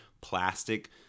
plastic